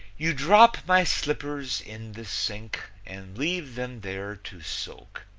you drop my slippers in the sink and leave them there to soak.